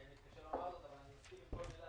ואני ניסיתי לומר לו שאני מסכים עם כל מילה